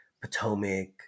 Potomac